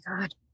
god